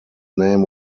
name